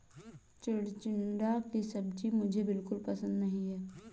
चिचिण्डा की सब्जी मुझे बिल्कुल पसंद नहीं है